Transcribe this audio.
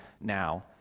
now